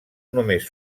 només